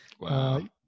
Wow